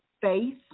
faith